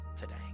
today